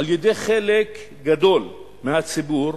על-ידי חלק גדול מהציבור,